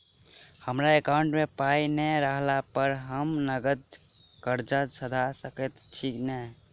हमरा एकाउंट मे पाई नै रहला पर हम नगद कर्जा सधा सकैत छी नै?